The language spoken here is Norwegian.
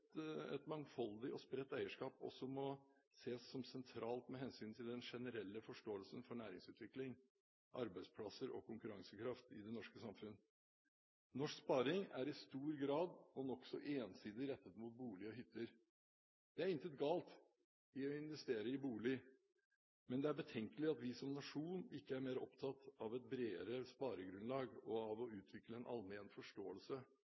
mangfoldig og spredt eierskap også må ses som sentralt med hensyn til den generelle forståelsen for næringsutvikling, arbeidsplasser og konkurransekraft i det norske samfunnet. Norsk sparing er i stor grad og nokså ensidig rettet mot bolig og hytter. Det er intet galt i å investere i bolig, men det er betenkelig at vi som nasjon ikke er mer opptatt av et bredere sparegrunnlag og av å utvikle en allmenn forståelse